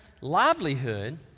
livelihood